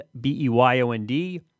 B-E-Y-O-N-D